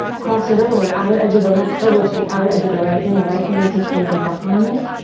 cross it over. outer edge of the left elbow to the outer edge of the right knee. right fingertips may be behind.